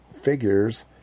figures